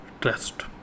trust